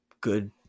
good